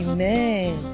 Amen